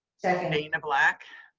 second, dana black.